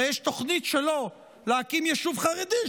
הרי יש תוכנית שלו להקים יישוב חרדי.